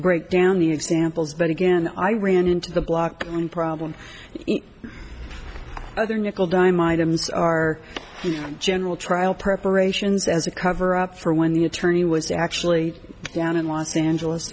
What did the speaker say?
break down the examples but again i ran into the block one problem other nickel dime items are general trial preparations as a cover up for when the attorney was actually down in los angeles